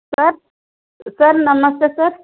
sir sir నమస్తే sir